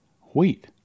Wheat